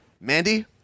Mandy